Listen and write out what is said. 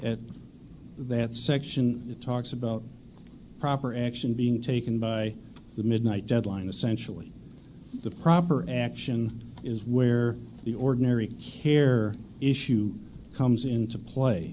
at that section it talks about proper action being taken by the midnight deadline essentially the proper action is where the ordinary care issue comes into play